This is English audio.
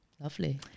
lovely